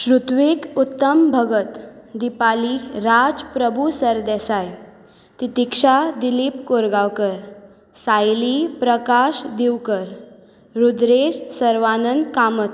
Shrutvik Uttam Bhagat Dipali Rajprabhu Sardesai Titiksha Dilip Korgaonkar Saili Prakash Divkar Rudresh Sarvanand Kamat